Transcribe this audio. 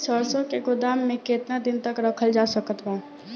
सरसों के गोदाम में केतना दिन तक रखल जा सकत बा?